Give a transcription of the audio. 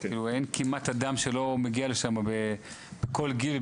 כי אין כמעט אדם שלא מגיע לשמה בכל גיל,